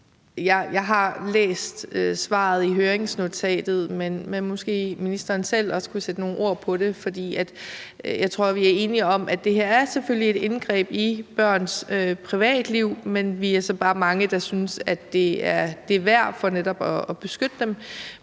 Jeg har læst svaret i høringsnotatet, men måske ministeren også selv kunne sætte nogle ord på det, for jeg tror, vi er enige om, at det her selvfølgelig er et indgreb i børns privatliv. Vi er så bare mange, der synes, at det er det værd for netop at beskytte dem,